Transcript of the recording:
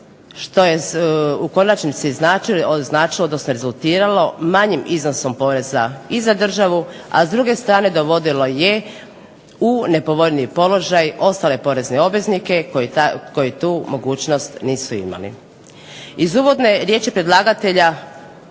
što je u konačnici značilo, odnosno rezultiralo manjim iznosom poreza i za državu, a s druge strane dovodilo je u nepovoljniji položaj ostale porezne obveznike koji tu mogućnost nisu imali. Iz uvodne riječi predlagatelja